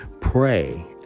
pray